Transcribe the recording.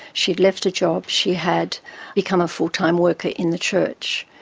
she'd left her job, she had become a full-time worker in the church,